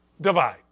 divide